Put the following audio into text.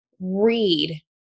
read